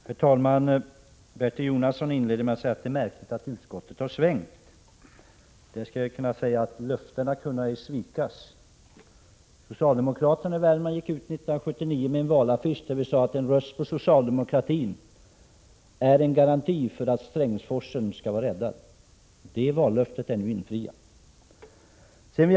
Herr talman! Bertil Jonasson inledde med att säga att det är märkligt att utskottet har svängt. Det heter att löftena kunna ej svikas. Socialdemokraterna i Värmland gick ut 1979 med en valaffisch där vi sade att en röst på socialdemokratin är en garanti för att Strängsforsen skall vara räddad. Det vallöftet är nu infriat.